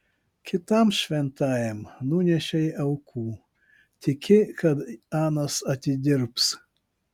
kitam šventajam nunešei aukų tiki kad anas atidirbs